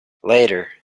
later